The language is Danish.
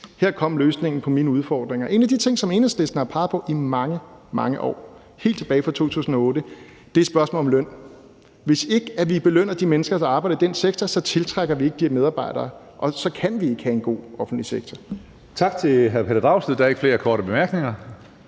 Her kom løsningen på mine udfordringer. En af de ting, som Enhedslisten har peget på i mange, mange år – helt tilbage fra 2008 – er spørgsmålet om løn. Hvis ikke vi belønner de mennesker, der arbejder i den sektor, tiltrækker vi ikke de medarbejdere, og så kan vi ikke have en god offentlig sektor. Kl. 14:58 Tredje næstformand (Karsten Hønge): Tak til hr. Pelle Dragsted. Der er ikke flere korte bemærkninger.